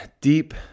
deep